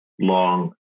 long